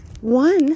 one